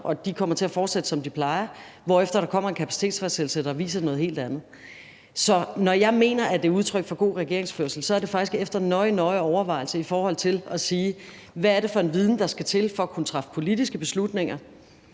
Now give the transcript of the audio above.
at de kommer til at fortsætte, som de plejer, hvorefter der kommer en kapacitetsfastsættelse, som viser noget helt andet. Så når jeg mener, at det er udtryk for god regeringsførelse, er det faktisk efter en nøje, nøje overvejelse i forhold til at sige: Hvad er det for en viden, der skal til for at kunne træffe politiske beslutninger,